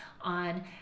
on